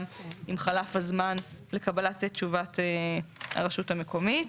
אם חלף הזמן לקבלת תשובת הרשות המקומית.